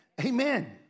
amen